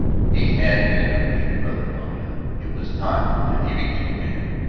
he had been her baby brother long enough it was time that he became a man.